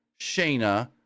Shayna